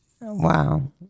Wow